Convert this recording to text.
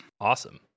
Awesome